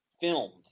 filmed